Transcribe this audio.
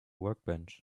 workbench